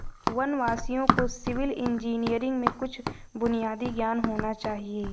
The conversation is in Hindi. वनवासियों को सिविल इंजीनियरिंग में कुछ बुनियादी ज्ञान होना चाहिए